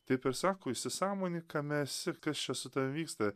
taip ir sako įsisąmonink kame esi kas čia su ta vyksta